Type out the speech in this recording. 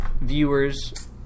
viewers